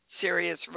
Serious